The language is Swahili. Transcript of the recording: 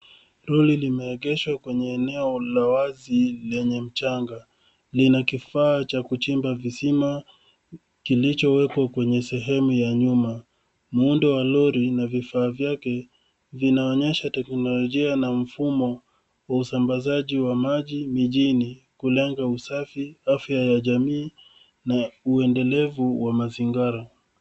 Lori limeegeshwa kwenye eneo la wazi lenye mchanga linakifaa cha kuchimba visima kilichowekwa kwenye sehemu ya nyuma. Muundo wa lori na vifaa vyake vinaonyesha teknolojia na mfumo wa usambazaji wa maji mijini kulega usafi, afya ya jamii na uendelevu wa mazigara.